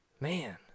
Man